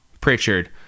Pritchard